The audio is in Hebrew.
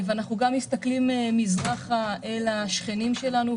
ואנחנו גם מסתכלים מזרחה אל השכנים שלנו,